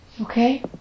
Okay